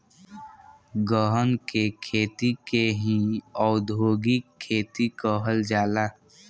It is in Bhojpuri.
गहन के खेती के ही औधोगिक खेती कहल जाला